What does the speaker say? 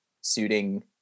suiting